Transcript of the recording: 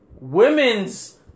women's